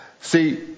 See